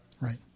right